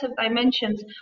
dimensions